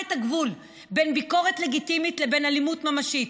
את הגבול בין ביקורת לגיטימית לבין אלימות ממשית,